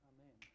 Amen